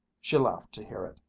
she laughed to hear it,